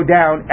down